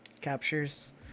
captures